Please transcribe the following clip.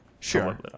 sure